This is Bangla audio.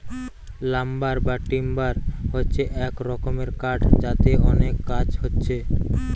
লাম্বার বা টিম্বার হচ্ছে এক রকমের কাঠ যাতে অনেক কাজ হচ্ছে